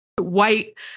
White